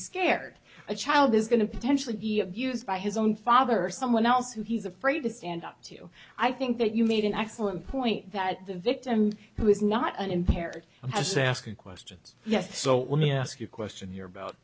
scared a child is going to potentially be abused by his own father someone else who he's afraid to stand up to i think that you made an excellent point that the victim who is not an impaired as asking questions yes so let me ask you a question here about